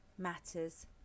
matters